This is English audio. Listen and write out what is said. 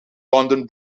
london